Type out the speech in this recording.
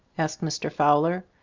asked mr. fowler.